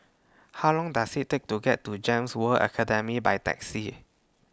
How Long Does IT Take to get to Gems World Academy By Taxi